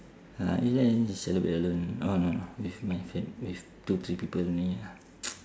ya every year I just celebrate alone orh no no with my fam~ with two three people only ah